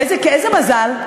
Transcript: איזה מזל.